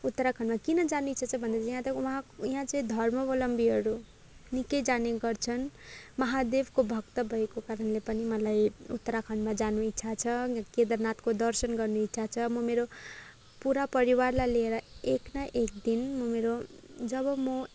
उत्तराखण्डमा किन जानु इच्छा छ भन्दा यहाँ चाहिँ वहाँ यहाँ चाहिँ धर्मावलम्बीहरू निकै जाने गर्छन् महादेवको भक्त भएको कारणले पनि मलाई उत्तराखण्डमा जानु इच्छा छ केदारनाथको दर्शन गर्ने इच्छा छ म मेरो पुरा परिवारलाई लिएर एक न एकदिन म मेरो जब म